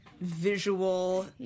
visual